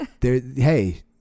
Hey